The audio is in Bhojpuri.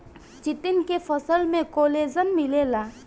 चिटिन के फसल में कोलेजन मिलेला